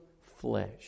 flesh